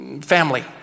family